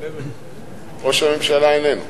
ראש הממשלה איננו.